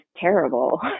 terrible